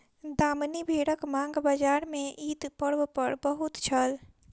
दामनी भेड़क मांग बजार में ईद पर्व पर बहुत छल